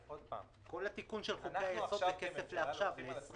כל התיקון של חוקי-היסוד זה כסף לעכשיו, ל-20'.